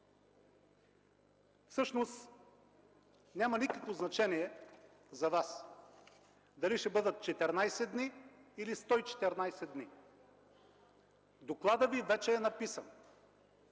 всъщност няма никакво значение за Вас дали ще бъдат 14 дни, или 114 дни. Докладът Ви вече е написан.